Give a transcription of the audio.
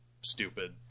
stupid